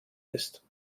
ist